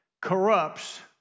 corrupts